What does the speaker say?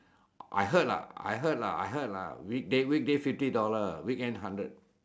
I heard lah I heard lah I heard lah weekday weekday fifty dollar weekend hundred